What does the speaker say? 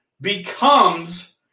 becomes